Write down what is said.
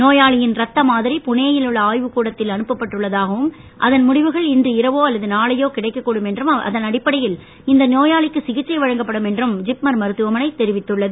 நோயாளியின் இரத்த மாதிரி புனேயில் உள்ள ஆய்வுக் கூடத்திற்கு அனுப்பப்பட்டுள்ளதாகவும் அதன் முடிவுகள் இன்று இரவோ அல்லது நாளையோ கிடைக்க கூடும் என்றும் அதன் அடிப்படையில் இந்த நோயாளிக்கு சிகிச்சை வழங்கப்படும் என்று ஜிப்மர் மருத்துவமனை தெரிவித்துள்ளது